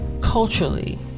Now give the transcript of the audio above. culturally